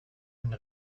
eine